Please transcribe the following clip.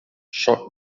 short